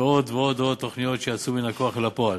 ועוד ועוד תוכניות שיצאו מן הכוח אל הפועל.